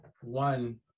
one